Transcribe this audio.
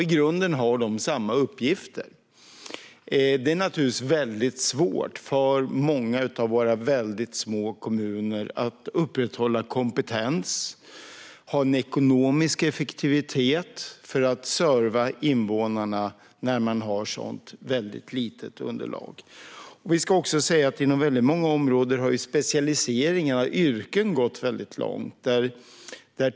I grunden har de samma uppgifter. Det är naturligtvis svårt för många av våra väldigt små kommuner att upprätthålla kompetens och att ha en ekonomisk effektivitet för att serva invånarna när man har ett så litet underlag. Inom många olika områden har specialiseringen av yrken gått mycket långt.